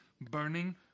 burning